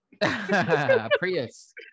Prius